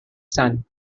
son